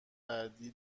بعدیای